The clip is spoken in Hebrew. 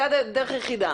זה הדרך היחידה.